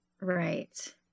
Right